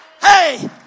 Hey